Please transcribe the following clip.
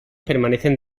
permanecen